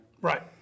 Right